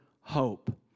hope